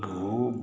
भू